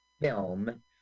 film